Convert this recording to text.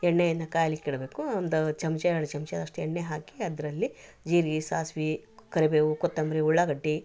ಎಣ್ಣೆಯನ್ನ ಕಾಯ್ಲಿಕ್ಕಿಡಬೇಕು ಒಂದು ಚಮಚ ಎರಡು ಚಮ್ಚದಷ್ಟು ಎಣ್ಣೆ ಹಾಕಿ ಅದರಲ್ಲಿ ಜೀರಿಗೆ ಸಾಸ್ವೆ ಕರಿಬೇವು ಕೊತ್ತಂಬರಿ ಉಳ್ಳಾಗಡ್ಡಿ